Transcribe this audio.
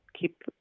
keep